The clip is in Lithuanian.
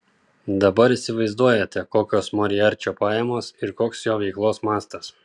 dabar įsivaizduojate kokios moriarčio pajamos ir koks jo veiklos mastas